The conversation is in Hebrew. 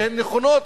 שהן נכונות,